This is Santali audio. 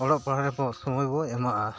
ᱚᱞᱚᱜ ᱯᱟᱲᱦᱟᱜ ᱨᱮᱵᱚ ᱥᱚᱢᱚᱭ ᱵᱚᱱ ᱮᱢᱟᱜᱼᱟ